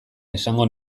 esango